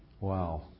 Wow